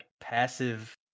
passive